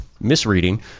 misreading